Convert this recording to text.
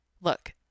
look